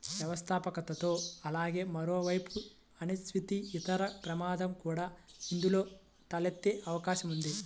వ్యవస్థాపకతలో అలాగే మరోవైపు అనిశ్చితి, ఇతర ప్రమాదాలు కూడా ఇందులో తలెత్తే అవకాశం ఉంది